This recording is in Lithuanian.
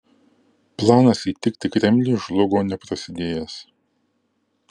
planas įtikti kremliui žlugo neprasidėjęs